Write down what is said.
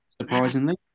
surprisingly